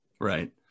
Right